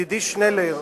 אדוני היושב-ראש,